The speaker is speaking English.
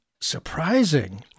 surprising